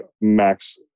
Max